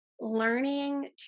learning